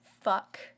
Fuck